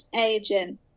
agent